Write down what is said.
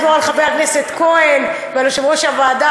תסמוך על חבר הכנסת כהן ועל יושב-ראש הוועדה,